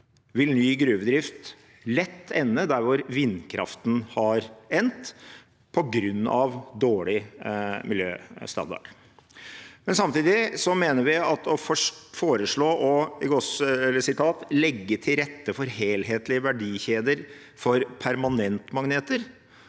vil ny gruvedrift lett ende der hvor vindkraften har endt, på grunn av dårlig miljøstandard. Samtidig mener vi at å foreslå å «legge til rette for helhetlige verdikjeder for permanentmagneter»